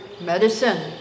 medicine